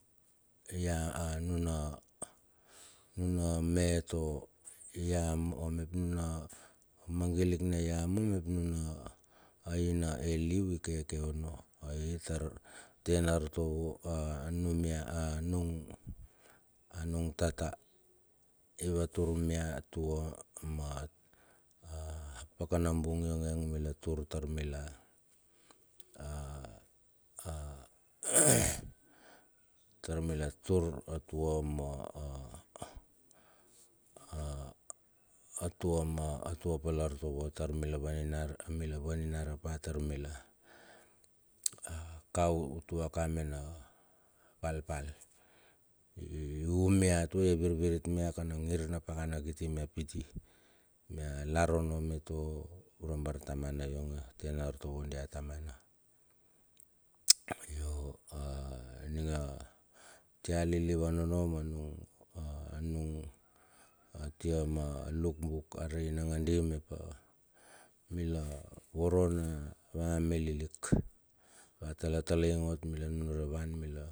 nuna me to yamo. omangilik ne yamo mep nuna aina eliu i keke ono, ai tar tena artovo a numia a anung anung tata ivatur mia atua ma a pakana bung ionge mila tur tar mila tar mila tur atua ma atua ma atua pala artovo tar mil vaninar pa tar mila ka utua ka mena palpal ium mia tue, iel virvirit mia kan a ngir na pakana kiti mia pitti. Mia lar ono me to ura bartamana ionge, a tena ar tovo dia tamana. Io ininge atia lilivan ono ma nung atie ma luk buk, arei langandi mep a mila voro na va me lilik. Ataltalaing ot mila nunure wan mila.